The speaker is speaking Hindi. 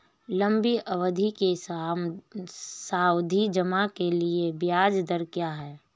लंबी अवधि के सावधि जमा के लिए ब्याज दर क्या है?